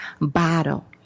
bottle